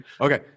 Okay